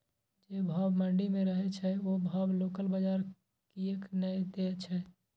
जे भाव मंडी में रहे छै ओ भाव लोकल बजार कीयेक ने दै छै?